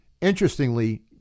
Interestingly